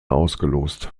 ausgelost